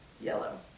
Yellow